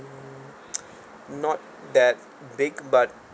mm not that big but